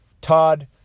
Todd